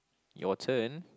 your turn